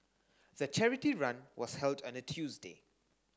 the charity run was held on a Tuesday